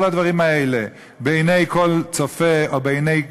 הדברים האלה בעיני כל צופה או בעיני אנשים,